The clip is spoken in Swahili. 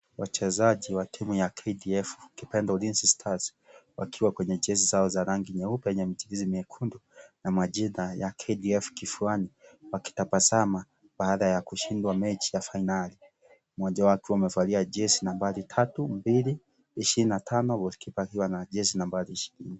Wachezaji wa timu ya KDF ukipenda Ulinzi Stars wakiwa kwenye jezi zao za rangi nyeupe yenye michirizi nyekundu na majina ya KDF kifuani wakitabasama baada ya kushindwa mechi ya fainali, mmoja wao akiwa amevalia jezi nambari tatu mbili ishirini na tano goalkeeper akiwa na jezi nambari ishirini.